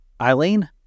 Eileen